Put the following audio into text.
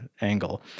angle